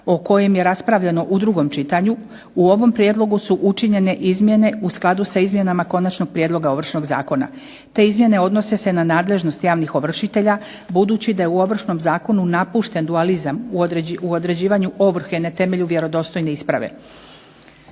o kojem je raspravljano u drugom čitanju, u ovom prijedlogu su učinjene izmjene u skladu sa izmjenama Konačnog prijedloga Ovršnog zakona. Te izmjene odnose se na nadležnost javnih ovršitelja, budući da je u Ovršnom zakonu napušten dualizam u određivanju ovrhe na temelju vjerodostojne isprave.